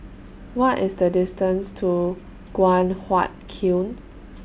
What IS The distance to Guan Huat Kiln